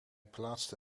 plaatste